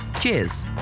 Cheers